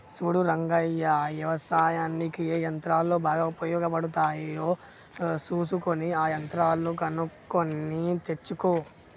సూడు రంగయ్య యవసాయనిక్ ఏ యంత్రాలు బాగా ఉపయోగపడుతాయో సూసుకొని ఆ యంత్రాలు కొనుక్కొని తెచ్చుకో